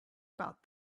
about